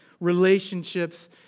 relationships